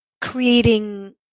creating